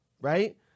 right